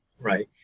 right